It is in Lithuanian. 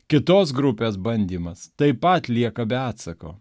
kitos grupės bandymas taip pat lieka be atsako